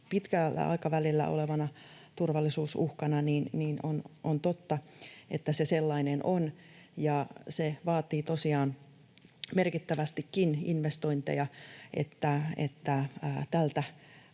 pitkällä aikavälillä olevana turvallisuusuhkana. On totta, että se sellainen on, ja vaatii tosiaan merkittävästikin investointeja, että tältä